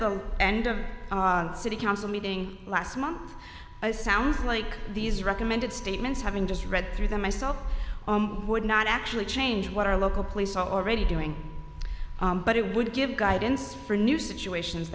the end of city council meeting last month sounds like these recommended statements having just read through them myself would not actually change what our local police are already doing but it would give guidance for new situations